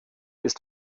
ist